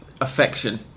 affection